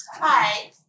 Hi